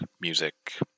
music